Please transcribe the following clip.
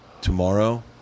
tomorrow